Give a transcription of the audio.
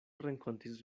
renkontis